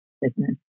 business